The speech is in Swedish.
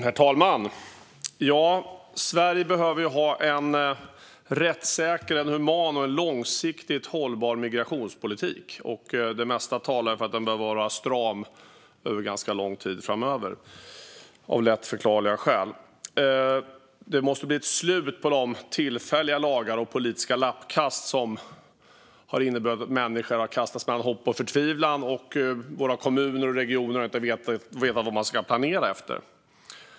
Herr talman! Sverige behöver ha en rättssäker, human och långsiktigt hållbar migrationspolitik. Det mesta talar av lätt förklarliga skäl också för att den bör vara stram en ganska lång tid framöver. Det måste bli ett slut på de tillfälliga lagar och politiska lappkast som har inneburit att människor har kastats mellan hopp och förtvivlan. Våra kommuner och regioner har inte heller vetat vad de ska planera efter.